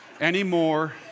anymore